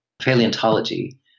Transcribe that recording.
paleontology